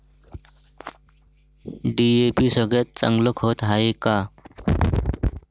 DAP सगळ्यात चांगलं खत हाये का?